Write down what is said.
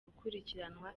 gukurikiranwa